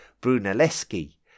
Brunelleschi